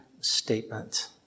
statement